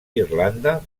irlanda